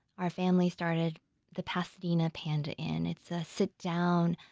our family started the pasadena panda inn. it's a sit-down,